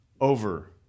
over